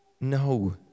No